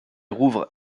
rouvre